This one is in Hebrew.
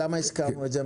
למה הזכרנו את זה?